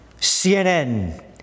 CNN